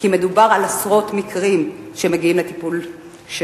כי מדובר על עשרות מקרים שמגיעים לטיפולו.